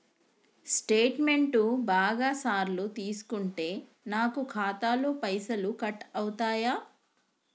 Statement బాగా సార్లు తీసుకుంటే నాకు ఖాతాలో పైసలు కట్ అవుతయా?